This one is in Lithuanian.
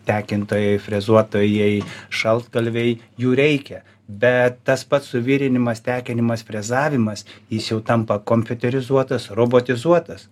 tekintojai frezuotojai šaltkalviai jų reikia bet tas pats suvirinimas tekinimas frezavimas jis jau tampa kompiuterizuotas robotizuotas